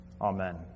Amen